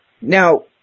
Now